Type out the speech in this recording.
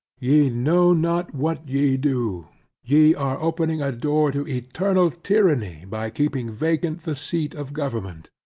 ye know not what ye do ye are opening a door to eternal tyranny, by keeping vacant the seat of government.